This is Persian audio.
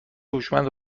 هوشمند